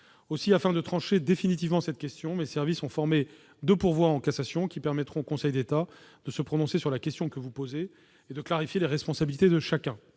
Aussi, afin de trancher définitivement cette question, mes services ont formé deux pourvois en cassation, qui permettront au Conseil d'État de se prononcer sur la question que vous posez et de clarifier les responsabilités de chacun-